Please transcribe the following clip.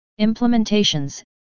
implementations